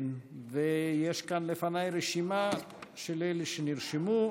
יש כאן לפניי רשימה של אלה שנרשמו.